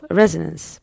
resonance